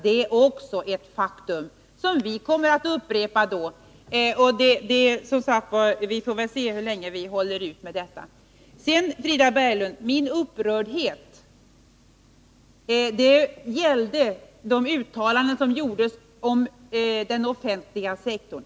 Det är också ett faktum som vi kommer att upprepa. Vi får väl se hur länge vi håller ut med detta. Min upprördhet, Frida Berglund, gällde de uttalanden som gjordes om den offentliga sektorn.